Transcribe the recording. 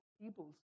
peoples